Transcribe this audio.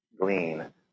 glean